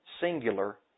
singular